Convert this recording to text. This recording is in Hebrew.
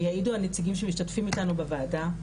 ויעידו הנציגים שמשתתפים איתנו בוועדה,